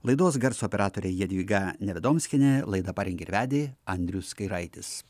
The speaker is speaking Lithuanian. laidos garso operatoriai jadvyga nevedomskienė laidą parengė ir vedė andrius kairaitis